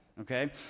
Okay